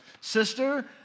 sister